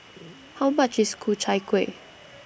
How much IS Ku Chai Kuih